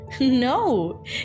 No